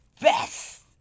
best